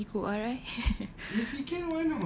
can he go R_I